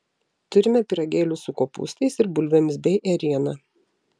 turime pyragėlių su kopūstais ir bulvėmis bei ėriena